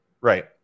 right